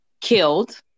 killed